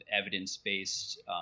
evidence-based